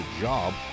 job